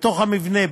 בתוך המבנה,